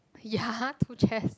ya two chess